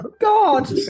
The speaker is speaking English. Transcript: God